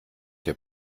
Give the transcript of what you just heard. der